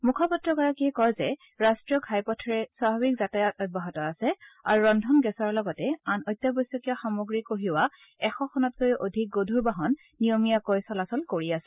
মুখপাত্ৰগৰাকীয়ে কয় যে ৰাষ্টীয় ঘাইপথেৰে স্বাভাৱিক যাতায়াত অব্যাহত আছে আৰু ৰন্ধন গেছৰ লগতে আন অত্যাৱশ্যকীয় সামগ্ৰী কঢ়িওৱা এশখনতকৈও অধিক গধূৰ বাহন নিয়মীয়াকৈ চলাচল কৰি আছে